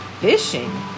Fishing